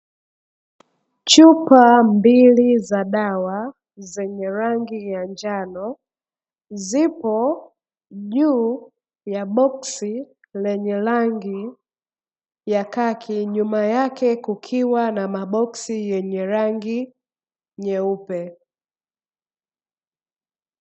Chupa mbili za dawa zenye rangi ya njano, zipo juu ya boksi lenye rangi ya kaki nyuma yake kukiwa na maboksi yenye rangi nyeupe.